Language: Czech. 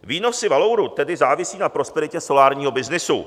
Výnosy Valouru tedy závisí na prosperitě solárního byznysu.